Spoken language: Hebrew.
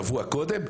התברר שבוע קודם?